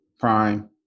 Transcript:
Prime